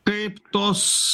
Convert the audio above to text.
kaip tos